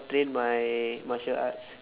train my martial arts